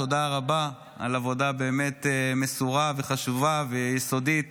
תודה רבה על עבודה באמת מסורה וחשובה ויסודית.